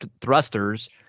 thrusters